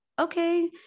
okay